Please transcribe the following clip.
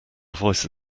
voice